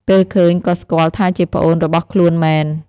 ពេលឃើញក៏ស្គាល់ថាជាប្អូនរបស់ខ្លួនមែន។